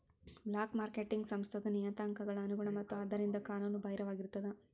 black marketing ಸಂಸ್ಥಾದ್ ನಿಯತಾಂಕಗಳ ಅನುಗುಣ ಮತ್ತ ಆದ್ದರಿಂದ ಕಾನೂನು ಬಾಹಿರವಾಗಿರ್ತದ